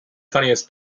funniest